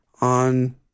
on